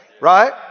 Right